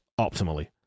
optimally